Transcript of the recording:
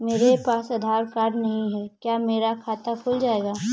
मेरे पास आधार कार्ड नहीं है क्या मेरा खाता खुल जाएगा?